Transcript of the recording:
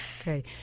Okay